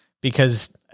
because-